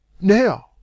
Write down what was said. now